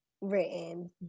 written